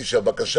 הבאת